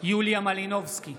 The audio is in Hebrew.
יוליה מלינובסקי,